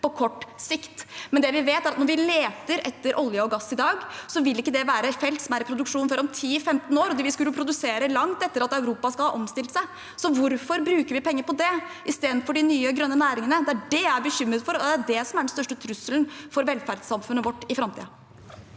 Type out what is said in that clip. på kort sikt. Men det vi vet, er at når vi leter etter olje og gass i dag, vil det være felt som ikke er i produksjon før om 10–15 år, og de vil produsere langt etter at Europa skal ha omstilt seg. Så hvorfor bruker vi penger på det istedenfor på de nye grønne næringene? Det er det jeg er bekymret for, og det er det som er den største trusselen for velferdssamfunnet vårt i framtiden.